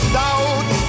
doubt